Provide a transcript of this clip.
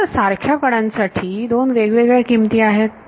आता सारख्या कडांसाठी दोन वेगवेगळ्या किमती आहेत